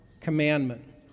commandment